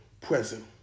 present